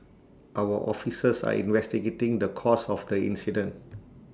our officers are investigating the cause of the incident